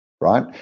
right